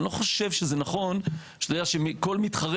אני לא חושב שזה נכון שאתה יודע שכל מתחרה